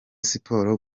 sport